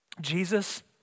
Jesus